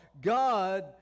God